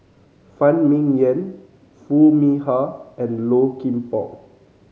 Phan Ming Yen Foo Mee Har and Low Kim Pong